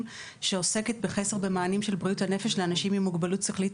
שעוסקת בחסר במענים של בריאות הנפש לאנשים עם מוגבלות שכלית,